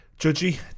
Judgy